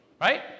Right